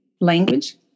language